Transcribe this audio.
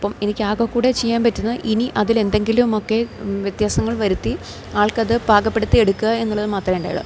അപ്പം എനിക്കാകെക്കൂടി ചെയ്യാൻ പറ്റുന്നത് ഇനി അതിലെന്തെങ്കിലുമൊക്കെ വ്യത്യാസങ്ങൾ വരുത്തി ആൾക്കത് പാകപ്പെടുത്തി എടുക്കുക എന്നുള്ളത് മാത്രമേ ഉണ്ടായുള്ളു